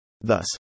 Thus